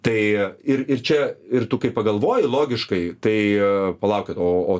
tai ir ir čia ir tu kai pagalvoji logiškai tai palaukit o o